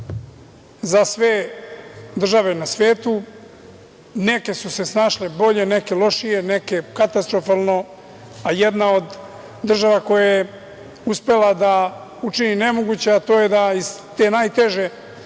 za sve države na svetu. Neke su se snašle bolje, neke lošije, neke katastrofalno, a jedna od država koja je uspela da učini nemoguće to je da iz te najteže